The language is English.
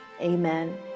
amen